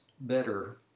better